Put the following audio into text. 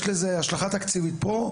יש לזה השלכה תקציבית פה".